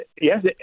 yes